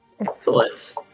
Excellent